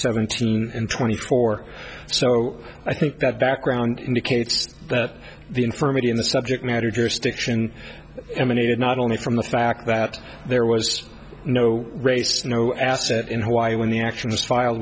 seventeen and twenty four so i think that background indicates that the infirmity in the subject matter jurisdiction emanated not only from the fact that there was no race no asset in hawaii when the action was filed